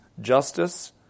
justice